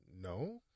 No